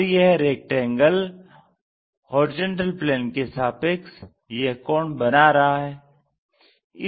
और यह rectangle HP के सापेक्ष यह कोण बना रहा है